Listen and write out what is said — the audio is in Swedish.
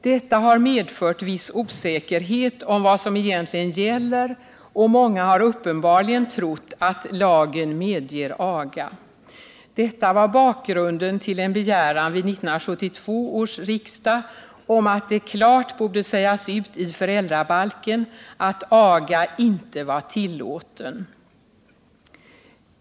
Detta har medfört viss osäkerhet om vad som egentligen gäller, och många har uppenbarligen trott att lagen medger aga. Detta var bakgrunden till en begäran vid 1972 års riksdag om att det klart borde sägas ut i föräldrabalken att aga inte var tillåten.